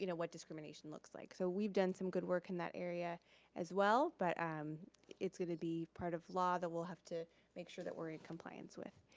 you know what discrimination looks like. so, we've done some good work in that area as well but um it's gonna be part of law that we'll have to make sure that we're in compliance with.